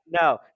no